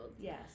Yes